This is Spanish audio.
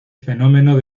fenómeno